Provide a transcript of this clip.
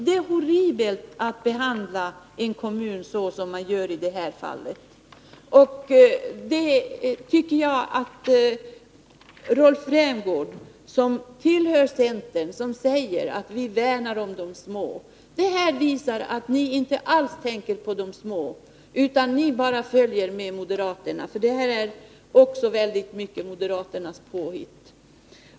Det är horribelt att behandla en kommun så som man gör i detta fall. Rolf Rämgård tillhör centern, som påstår att man värnar om de små. Men detta exempel visar att centern inte alls tänker på de små utan bara följer med moderaterna. Även detta är i mycket moderaternas påhitt.